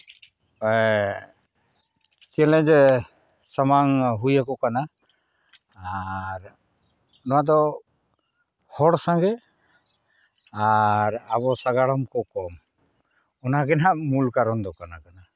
challenge ᱥᱟᱢᱟᱝ ᱦᱩᱭ ᱟᱠᱚ ᱠᱟᱱᱟ ᱟᱨ ᱱᱚᱣᱟᱫᱚ ᱦᱚᱲ ᱥᱟᱸᱜᱮ ᱟᱨ ᱟᱵᱚ ᱥᱟᱸᱜᱟᱲᱚᱢ ᱠᱚᱠᱚ ᱚᱱᱟᱜᱮ ᱱᱟᱦᱟᱸᱜ ᱢᱩᱞ ᱠᱟᱨᱚᱱ ᱫᱚ ᱠᱟᱱᱟ